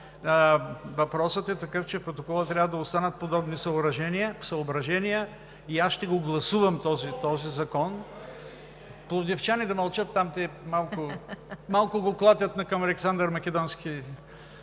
Въпросът е такъв, че в протокола трябва да останат подобни съображения и аз ще гласувам този закон. (Шум и реплики.) Пловдивчани да мълчат там, те малко клонят накъм Александър Македонски.